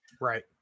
Right